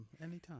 Anytime